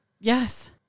Yes